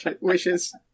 wishes